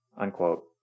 unquote